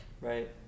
Right